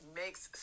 makes